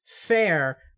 fair